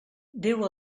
déu